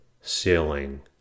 ceiling